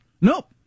Nope